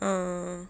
ah